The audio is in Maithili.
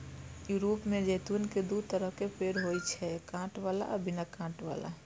यूरोप मे जैतून के दू तरहक पेड़ होइ छै, कांट बला आ बिना कांट बला